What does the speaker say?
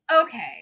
Okay